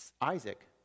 Isaac